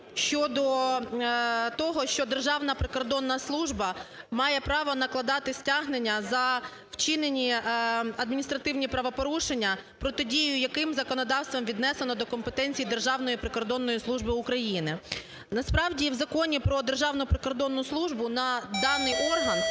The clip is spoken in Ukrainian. щодо того, що Державна прикордонна служба має право накладати стягнення за вчинені адміністративні правопорушення, протидію яким законодавством віднесено до компетенції Державної прикордонної служби України. Насправді в Законі про Державну прикордонну службу на даний орган